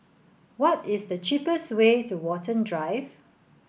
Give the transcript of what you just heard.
what is the cheapest way to Watten Drive